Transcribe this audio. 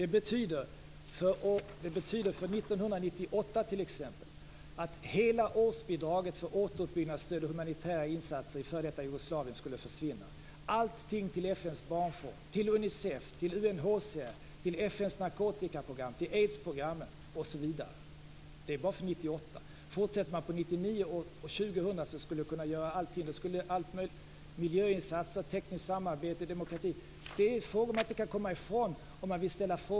Det betyder för t.ex. 1998 att hela årsbidraget för återuppbyggnadsstöd och humanitära insatser i f.d. Jugoslavien skulle försvinna, allting till FN:s barnfond, till Unicef, UNHCR, FN:s narkotikaprogram, aidsprogram, osv. - allt detta bara för 1998. För 1999 och 2000 skulle det innebära att alla miljöinsatser, tekniskt samarbete och demokratistödet skulle försvinna. Det kan man inte komma ifrån.